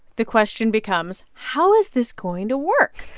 the question becomes, how is this going to work?